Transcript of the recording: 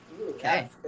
Okay